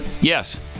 Yes